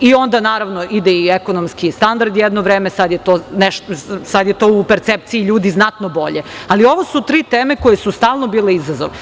Onda, naravno, ide i ekonomski standard, jedno vreme, sad je to u percepciji ljudi znatno bolje, ali ovo su tri teme koje su stalno bile izazov.